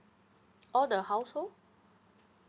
all the household